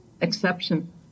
exception